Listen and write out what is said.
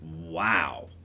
wow